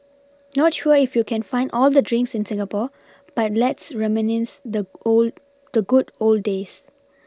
not sure if you can find all these drinks in Singapore but let's reminisce the old the good old days